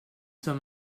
some